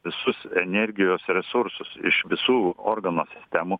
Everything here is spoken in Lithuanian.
visus energijos resursus iš visų organų sistemų